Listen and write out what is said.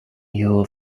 your